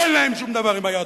אין להם שום דבר עם היהדות.